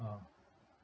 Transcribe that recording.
ah